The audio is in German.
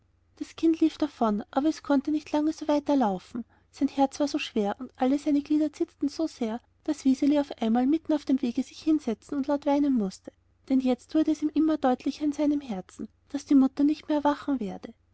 das kind lief davon aber es konnte nicht lange so weiter laufen sein herz war so schwer und alle seine glieder zitterten so sehr daß wiseli auf einmal mitten auf dem wege sich hinsetzen und laut weinen mußte denn jetzt wurde es ihm immer deutlicher in seinem herzen daß die mutter nicht mehr erwachen werde